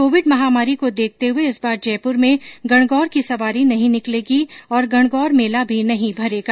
Covid महामारी को देखते हये इस बार जयपुर में गणगौर की सवारी नहीं निकलेगी और गणगौर मेला भी नहीं भरेगा